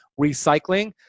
recycling